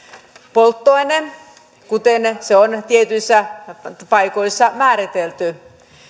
polttoaine kuten se on tietyissä paikoissa määritelty